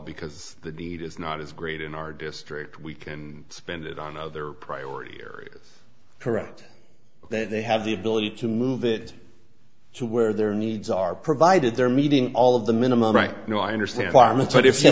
because the need is not as great in our district we can spend it on other priority areas correct that they have the ability to move it to where their needs are provided they're meeting all of the minimum right now i understand why i'm